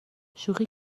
شوخی